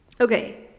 Okay